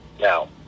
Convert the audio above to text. Now